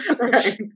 Right